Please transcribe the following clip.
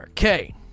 Okay